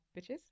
bitches